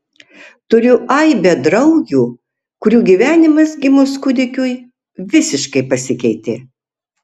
turiu aibę draugių kurių gyvenimas gimus kūdikiui visiškai pasikeitė